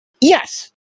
Yes